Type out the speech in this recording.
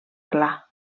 clar